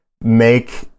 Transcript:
make